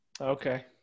Okay